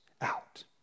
out